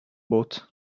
boat